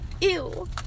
Ew